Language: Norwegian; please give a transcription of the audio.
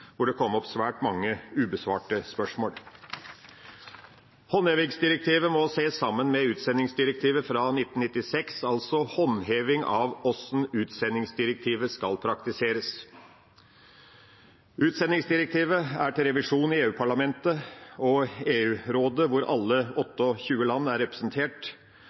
hvor det kom opp svært mange ubesvarte spørsmål. Håndhevingsdirektivet må ses sammen med utsendingsdirektivet fra 1996, altså håndheving av hvordan utsendingsdirektivet skal praktiseres. Utsendingsdirektivet er til revisjon i EU-parlamentet og Rådet, hvor alle 28 land er representert.